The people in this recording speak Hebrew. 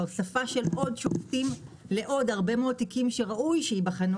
הוספה של עוד שופטים לעוד הרבה מאוד תיקים שראוי שייבחנו